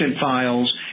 files